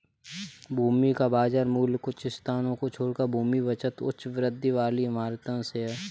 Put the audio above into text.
भूमि का बाजार मूल्य कुछ स्थानों को छोड़कर भूमि बचत उच्च वृद्धि वाली इमारतों से है